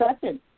second